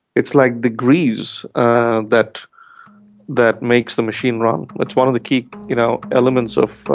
it's like the grease and that that makes the machine run, that's one of the key you know elements of